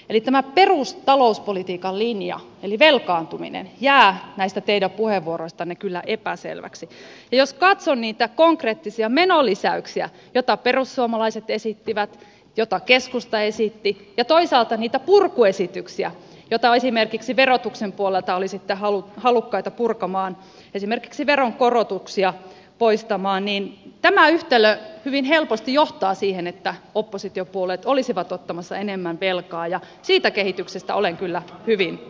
eli tämä perustalouspolitiikan linja eli velkaantuminen jää näistä teidän puheenvuoroistanne kyllä epäselväksi ja jos katson niitä konkreettisia menolisäyksiä joita perussuomalaiset esittivät joita keskusta esitti ja toisaalta niitä purkuesityksiä mitä esimerkiksi verotuksen puolelta olisitte halukkaita purkamaan esimerkiksi veronkorotuksia poistamaan niin tämä yhtälö hyvin helposti johtaa siihen että oppositiopuolueet olisivat ottamassa enemmän velkaa ja siitä kehityksestä olen kyllä hyvin huolissani